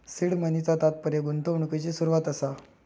seed मनीचा तात्पर्य गुंतवणुकिची सुरवात असा